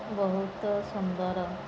ବହୁତ ସୁନ୍ଦର